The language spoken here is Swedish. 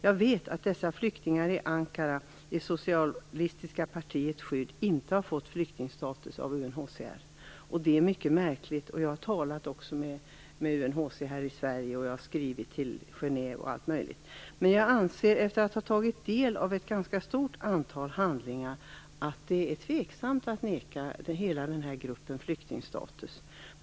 Jag vet att dessa flyktingar i Ankara under det socialistiska partiets beskydd inte har fått flyktingstatus av UNHCR. Detta är mycket märkligt. Jag har talat med UNHCR i Sverige, jag har skrivit till Genève osv., och efter att ha tagit del av ett ganska stort antal handlingar anser jag att det är tveksamt att neka hela denna grupp flyktingstatus.